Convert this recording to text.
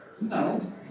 no